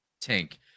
tank